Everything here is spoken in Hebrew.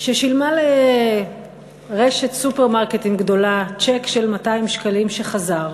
ששילמה לרשת סופרמרקטים גדולה צ'ק של 200 שקלים שחזר.